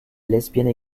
lesbiennes